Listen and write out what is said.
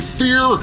fear